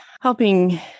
helping